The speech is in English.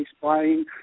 spying